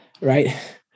right